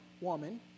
woman